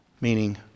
meaning